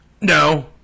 No